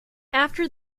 after